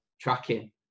tracking